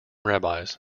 rabbis